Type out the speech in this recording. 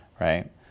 right